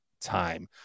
time